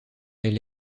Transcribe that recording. elle